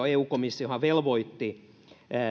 eu komissiohan velvoitti